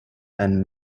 and